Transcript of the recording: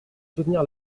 soutenir